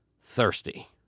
thirsty